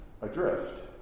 adrift